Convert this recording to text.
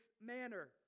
manner